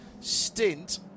stint